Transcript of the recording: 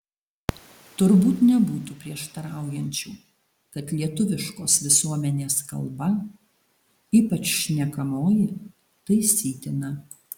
turbūt nebūtų prieštaraujančių kad lietuviškos visuomenės kalba ypač šnekamoji taisytina